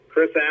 Chris